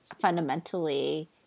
fundamentally